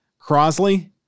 Crosley